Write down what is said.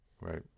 Right